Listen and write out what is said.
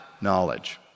knowledge